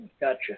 gotcha